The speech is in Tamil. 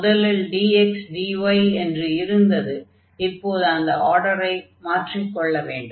முதலில் dx dy என்று இருந்தது இப்போது அந்த ஆர்டரை மாற்றிக் கொள்ள வேண்டும்